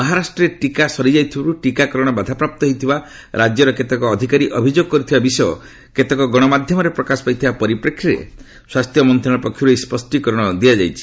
ମହାରାଷ୍ଟ୍ରରେ ଟିକା ସରିଯାଇଥିବାରୁ ଟିକାକରଣ ବାଧାପ୍ରାପ୍ତ ହୋଇଥିବା ରାଜ୍ୟର କେତେକ ଅଧିକାରୀ ଅଭିଯୋଗ କରିଥିବା କଥା କେତେକ ଗଣମାଧ୍ୟମରେ ପ୍ରକାଶ ପାଇଥିବା ପରିପ୍ରେକ୍ଷୀରେ ସ୍ୱାସ୍ଥ୍ୟ ମନ୍ତ୍ରଣାଳୟ ପକ୍ଷରୁ ଏହି ସ୍ୱଷ୍ଟୀକରଣ ଦିଆଯାଇଛି